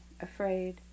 afraid